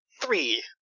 Three